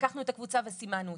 לקחנו את הקבוצה וסימנו אותם'.